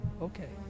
Okay